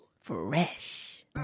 Fresh